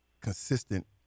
consistent